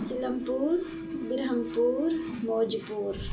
سیلم پور برہم پور موج پور